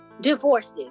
divorces